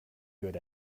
good